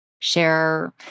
share